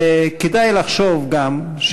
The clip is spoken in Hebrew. וכדאי לחשוב גם,